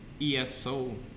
ESO